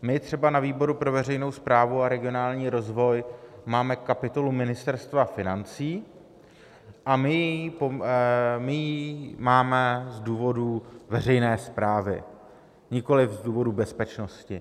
My třeba na výboru pro veřejnou správu a regionální rozvoj máme kapitolu Ministerstva financí a my ji máme z důvodu veřejné správy, nikoliv z důvodu bezpečnosti.